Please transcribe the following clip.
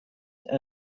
and